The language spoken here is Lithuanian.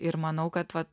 ir manau kad va